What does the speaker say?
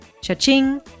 Cha-ching